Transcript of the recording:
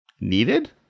Needed